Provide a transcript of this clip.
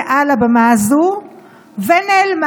הוועדה המוסמכת לדון בהצעת החוק היא ועדת העבודה והרווחה.